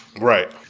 Right